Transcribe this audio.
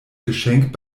geschenk